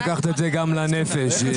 גם לנפש.